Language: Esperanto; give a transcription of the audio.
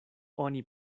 oni